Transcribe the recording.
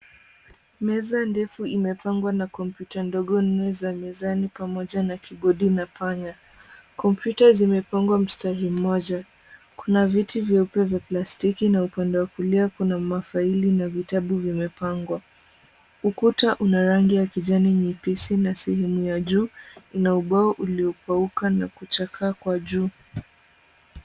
Meza ndefu imepangwa na kompyuta ndogo nne za mezani pamoja na kibodi na panya. Kompyuta zimepangwa mstari mmoja. Kuna viti vyeupe vya plastiki na upande wa kulia kuna mafaili na vitabu vimepangwa, ukuta una rangi ya kijani nyepesi na sehemu ya juu ina ubao uliokauka na kuchakaa kwa juu.